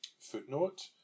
Footnote